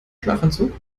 schlafanzug